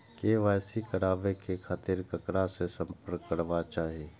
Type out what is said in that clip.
KYC कराबे के खातिर ककरा से संपर्क करबाक चाही?